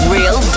Real